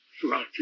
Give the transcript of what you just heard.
throughout